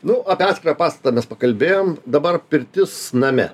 nu apie atskirą pastatą mes pakalbėjom dabar pirtis name